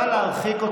תתבייש.